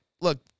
look